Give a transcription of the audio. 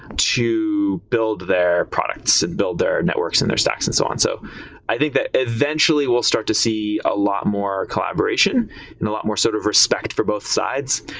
to build their products and build their networks and their stacks and so on. so i think that eventually we'll start to see a lot more collaboration and a lot more sort of respect for both sides.